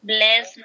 Bless